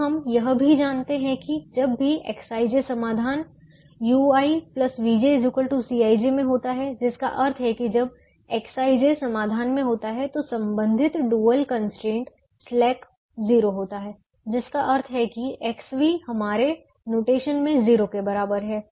अब हम यह भी जानते हैं कि जब भी Xij समाधान ui vj Cij में होता है जिसका अर्थ है कि जब Xij समाधान में होता है तो संबंधित डुअल कंस्ट्रेंट स्लैक 0 होता है जिसका अर्थ है कि xv हमारे नोटेशन में 0 के बराबर है